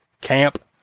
Camp